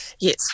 Yes